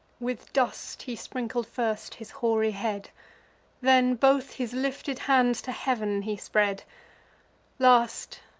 with dust he sprinkled first his hoary head then both his lifted hands to heav'n he spread last,